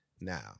Now